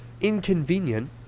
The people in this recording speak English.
inconvenient